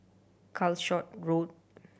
Calshot Road